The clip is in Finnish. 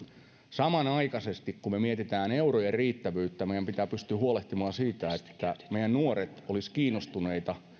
samanaikaisesti kun me mietimme eurojen riittävyyttä meidän pitää pystyä huolehtimaan siitä että meidän nuoret olisivat kiinnostuneita